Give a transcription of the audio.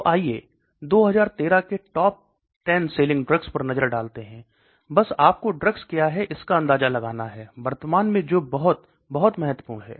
तो आइए 2013 के टॉप 10 सेलिंग ड्रग्स पर नजर डालते हैं बस आपको ड्रग्स क्या है इसका अंदाजा लगाना है वर्तमान में जो बहुत बहुत महत्वपूर्ण हैं